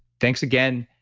thanks again.